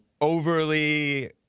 overly